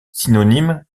synonyme